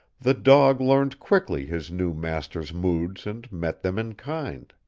the dog learned quickly his new master's moods and met them in kind.